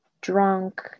drunk